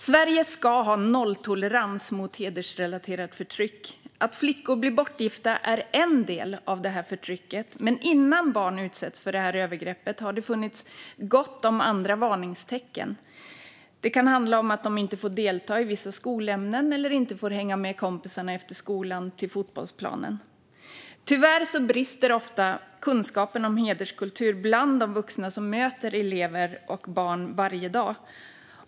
Sverige ska ha nolltolerans mot hedersrelaterat förtryck. Att flickor blir bortgifta är en del av detta förtryck. Men innan barn utsätts för detta övergrepp har det funnits gott om andra varningstecken. Det kan handla om att de inte får delta i vissa skolämnen eller inte får hänga med kompisarna till fotbollsplanen efter skolan. Tyvärr brister ofta kunskapen om hederskultur bland de vuxna som möter elever och barn varje dag.